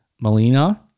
Melina